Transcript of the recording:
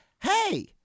Hey